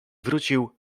wrócił